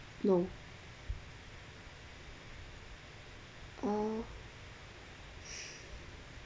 no oh